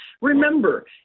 Remember